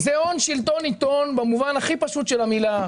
זה הון-שלטון-עיתון במובן הכי פשוט של המילה.